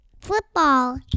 Football